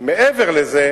מעבר לזה,